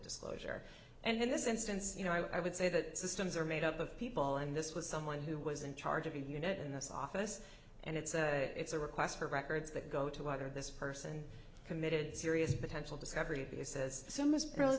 disclosure and in this instance you know i would say that systems are made up of people and this was someone who was in charge of a unit in this office and it's a it's a request for records that go to whether this person committed serious potential discovery he says so ms pea